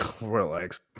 Relax